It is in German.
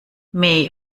may